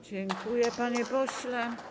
Dziękuję, panie pośle.